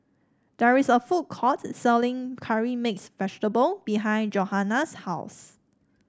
there is a food court selling Curry Mixed Vegetable behind Johannah's house